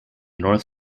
north